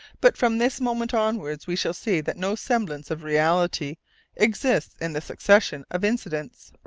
but from this moment onwards we shall see that no semblance of reality exists in the succession of incidents.